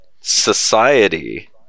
society